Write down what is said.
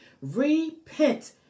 Repent